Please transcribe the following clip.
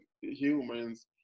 humans